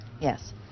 yes